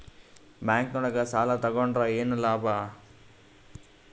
Bank ನೊಳಗ ಸಾಲ ತಗೊಂಡ್ರ ಏನು ಲಾಭ?